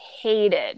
hated